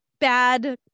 Bad